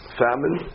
famine